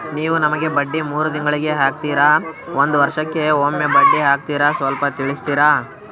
ನೀವು ನಮಗೆ ಬಡ್ಡಿ ಮೂರು ತಿಂಗಳಿಗೆ ಹಾಕ್ತಿರಾ, ಒಂದ್ ವರ್ಷಕ್ಕೆ ಒಮ್ಮೆ ಬಡ್ಡಿ ಹಾಕ್ತಿರಾ ಸ್ವಲ್ಪ ತಿಳಿಸ್ತೀರ?